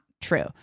true